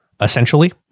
essentially